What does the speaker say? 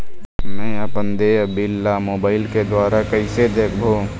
मैं अपन देय बिल ला मोबाइल के द्वारा कइसे देखबों?